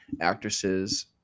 actresses